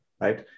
right